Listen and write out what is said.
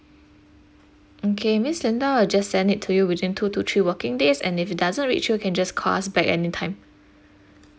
okay miss linda I'll just send it to you within two to three working days and if it doesn't reach you you can just call us back any time